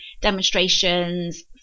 demonstrations